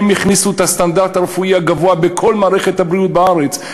הן הכניסו את הסטנדרט הרפואי הגבוה בכל מערכת הבריאות בארץ,